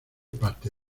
parte